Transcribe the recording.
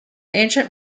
ancient